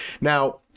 Now